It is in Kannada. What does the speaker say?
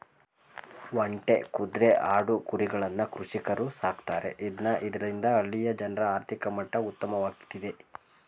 ಒಂಟೆ, ಕುದ್ರೆ, ಆಡು, ಕುರಿಗಳನ್ನ ಕೃಷಿಕರು ಸಾಕ್ತರೆ ಇದ್ನ ಇದರಿಂದ ಹಳ್ಳಿಯ ಜನರ ಆರ್ಥಿಕ ಮಟ್ಟ ಉತ್ತಮವಾಗ್ತಿದೆ